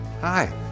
hi